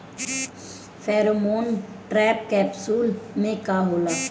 Pheromone trap capsule में का होला?